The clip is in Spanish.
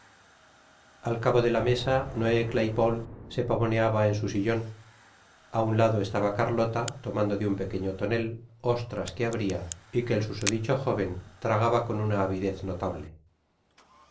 al cabo de la mesa noé claj pole se pavoneaba en un sillon a su lado estaba carlota tomando de un pequeño tonel ostras que abria y que el susodicho joven tragaba con una avidez notable